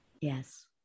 Yes